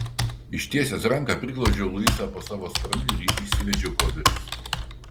ištiesęs ranką priglaudžiau luisą po savo sparnu ir įsivedžiau pro duris